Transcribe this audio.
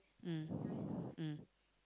mm mm